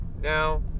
Now